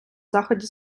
заході